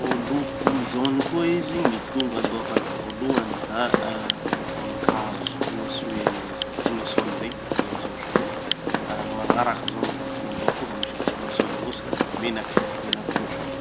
No loko jaune koa izy, gny tonga andohako ato voalohany da ah vonikazo, ohatsy hoe, tournessol regny, regny zao jaune. Ah gny magnaraky zao novo tonga andohako koa vo miresaky tournessol avao sika, da gny menaky, menaky koa jaune.